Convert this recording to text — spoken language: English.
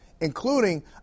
including